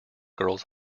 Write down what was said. girls